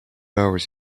hours